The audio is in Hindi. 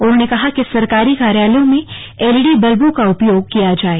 उन्होंने कहा कि सरकारी कार्यालयों में एलईडी बल्बों का उपयोग किया जाय